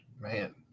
Man